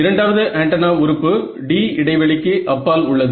இரண்டாவது ஆண்டெனா உறுப்பு d இடைவெளிக்கு அப்பால் உள்ளது